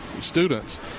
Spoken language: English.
students